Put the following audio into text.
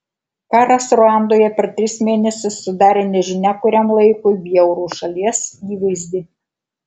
karas ruandoje per tris mėnesius sudarė nežinia kuriam laikui bjaurų šalies įvaizdį